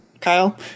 Kyle